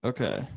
Okay